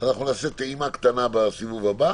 אנחנו נעשה טעימה קטנה בסיבוב הבא.